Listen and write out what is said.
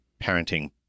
parenting